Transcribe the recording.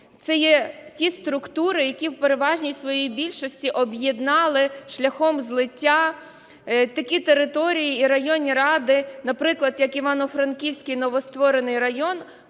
це є ті структури, які в переважній своїй більшості об'єднали шляхом злиття таких територій і районних рад, наприклад, як Івано-Франківський новостворений район